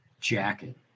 jacket